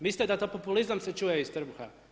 Mislite da to populizam se čuje iz trbuha?